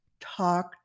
talk